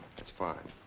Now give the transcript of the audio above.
that's fine.